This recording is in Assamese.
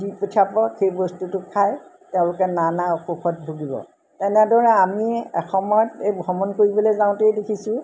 দি পঠিয়াপ সেই বস্তুটো খাই তেওঁলোকে নানা অসুখত ভুগিব তেনেদৰে আমি এসময়ত এই ভ্ৰমণ কৰিবলৈ যাওঁতেই দেখিছোঁ